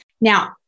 Now